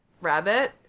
rabbit